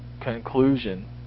conclusion